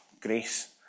Grace